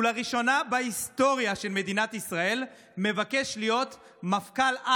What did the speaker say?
שהוא לראשונה בהיסטוריה של מדינת ישראל מבקש להיות מפכ"ל-על.